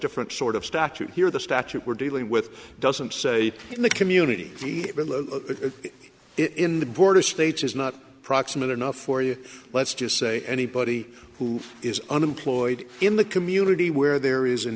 different sort of statute here the statute we're dealing with doesn't say in the community in the border states is not proximate enough for you let's just say anybody who is unemployed in the community where there is an